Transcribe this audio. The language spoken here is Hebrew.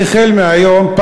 החל מהיום,